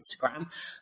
instagram